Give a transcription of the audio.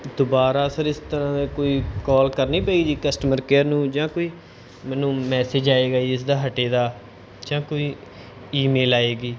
ਦੁਬਾਰਾ ਸਰ ਇਸ ਤਰ੍ਹਾਂ ਦਾ ਕੋਈ ਕੌਲ ਕਰਨੀ ਪਈ ਜੀ ਕਸਟਮਰ ਕੇਅਰ ਨੂੰ ਜਾਂ ਕੋਈ ਮੈਨੂੰ ਮੈਸੇਜ ਆਵੇਗਾ ਇਸਦਾ ਹਟੇ ਦਾ ਜਾਂ ਕੋਈ ਈਮੇਲ ਆਵੇਗੀ